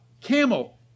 Camel